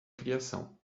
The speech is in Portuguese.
criação